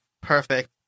perfect